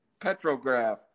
Petrograph